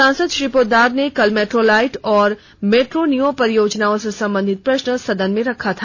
सांसद श्री पोद्दार ने कल मेट्रोलाइट एवं मेट्रोनिओ परियोजनाओं से संबंधित प्रश्न सदन में रखा था